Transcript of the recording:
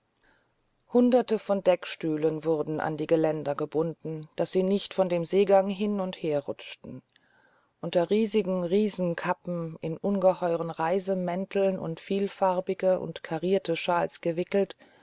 hunderte von deckstühlen wurden an die geländer gebunden daß sie nicht von dem seegang hin und her rutschten unter riesigen reisekappen in ungeheure reisemäntel und in vielfarbige und karierte schals gewickelt